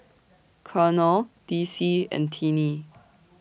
Colonel Dicy and Tinnie